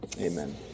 Amen